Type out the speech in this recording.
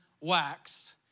wax